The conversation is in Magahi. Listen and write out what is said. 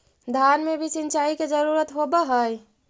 धान मे भी सिंचाई के जरूरत होब्हय?